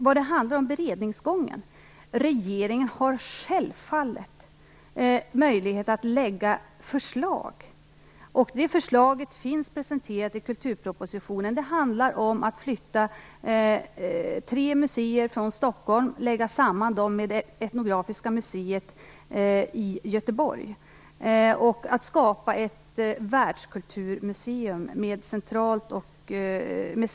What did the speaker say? Vad gäller beredningsgången har regeringen självfallet möjlighet att lägga fram förslag. Förslaget finns presenterat i kulturpropositionen. Det handlar om att flytta tre museer från Stockholm, att lägga samman dem med det etnografiska museet i Göteborg och att skapa ett världskulturmuseum med centralt ansvar.